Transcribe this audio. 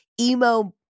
emo